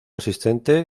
asistente